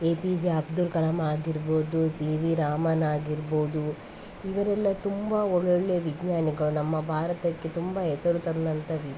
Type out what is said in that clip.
A P J Abdul Kalam ಆಗಿರ್ಬೋದು C V Raman ಆಗಿರ್ಬೋದು ಇವರೆಲ್ಲ ತುಂಬ ಒಳೊಳ್ಳೆ ವಿಜ್ಞಾನಿಗಳು ನಮ್ಮ ಭಾರತಕ್ಕೆ ತುಂಬ ಹೆಸರು ತಂದಂಥ ವಿ